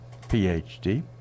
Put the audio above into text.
PhD